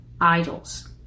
idols